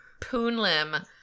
Poonlim